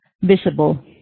visible